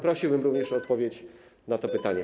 Prosiłbym również o odpowiedź na to pytanie.